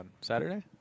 Saturday